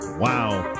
Wow